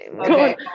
Okay